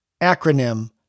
acronym